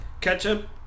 Ketchup